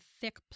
thick